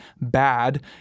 bad